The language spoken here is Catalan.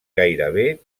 gairebé